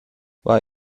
war